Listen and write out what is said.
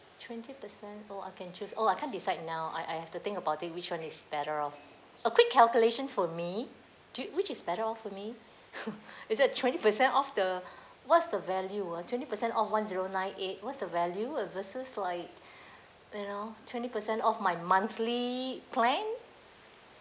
twenty percent oh I can choose oh I can't decide now I I have to think about it which [one] is better off a quick calculation for me do which is better off for me is it a twenty percent off the what's the value ah twenty percent off one zero nine eight what's the value uh versus like you know twenty percent off my monthly plan